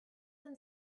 them